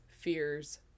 fears